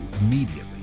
immediately